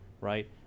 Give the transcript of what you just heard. right